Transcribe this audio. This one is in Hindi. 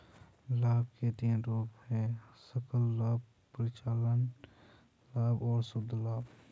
लाभ के तीन रूप हैं सकल लाभ, परिचालन लाभ और शुद्ध लाभ